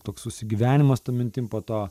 toks susigyvenimas su ta mintim po to